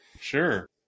sure